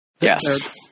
Yes